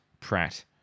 Pratt